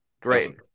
Great